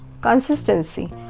consistency